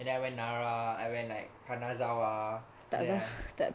and I when nara I went like kanazawa then I